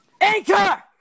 Anchor